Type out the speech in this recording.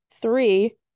Three